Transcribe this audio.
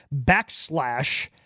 backslash